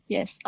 Yes